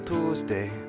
Tuesday